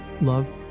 love